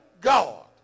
God